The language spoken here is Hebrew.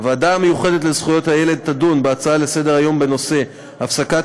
הוועדה המיוחדת לזכויות הילד תדון בהצעה לסדר-היום בנושא: הפסקת